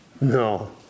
No